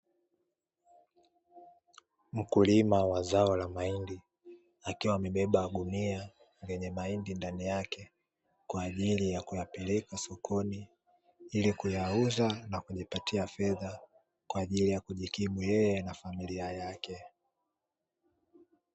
Mkulima wa zao la mahindi, akiwa amebeba gunia lenye mahindi ndani yake kwa ajili ya kuyapeleka sokoni ili kuyauza na kujipatia fedha kwa ajili ya kujikimu yeye na familia yake.